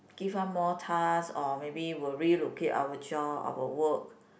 give out more task or maybe will relocate our job our work